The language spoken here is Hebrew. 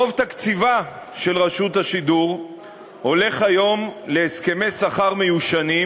רוב תקציבה של רשות השידור הולך היום להסכמי שכר מיושנים,